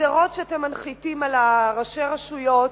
הגזירות שאתם מנחיתים על ראשי הרשויות,